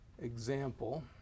example